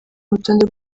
urutonde